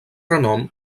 renom